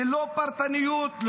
ללא פרטניות,